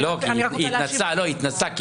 היא התנצלה,